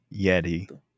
Yeti